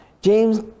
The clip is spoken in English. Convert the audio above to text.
james